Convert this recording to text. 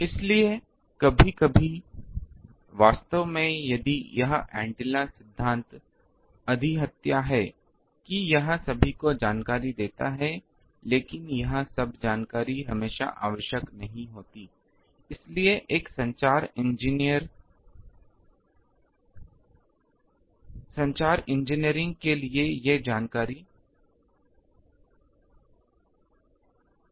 इसलिए कभी कभी वास्तव में यदि यह विश्लेषण सिद्धांत अधिहत्या है कि यह सभी जानकारी देता है लेकिन यह सब जानकारी हमेशा आवश्यक नहीं होती है इसलिए एक संचार इंजीनियरिंग के लिए ये जानकारी पर्याप्त है